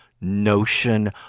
notion